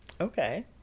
Okay